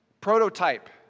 prototype